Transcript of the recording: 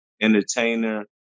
entertainer